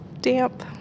damp